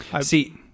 see